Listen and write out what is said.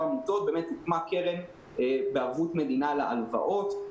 עמותות הוקמה קרן בערבות מדינה להלוואות.